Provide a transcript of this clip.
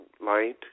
light